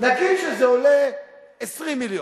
נגיד שזה עולה 20 מיליון,